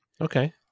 Okay